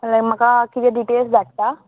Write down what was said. लायक म्हाका किदें डिटेल्स धाडटा